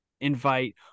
invite